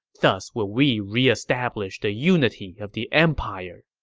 thus will we re-establish the unity of the empire.